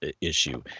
Issue